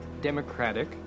democratic